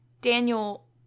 Daniel